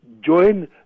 join